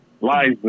Lies